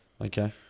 Okay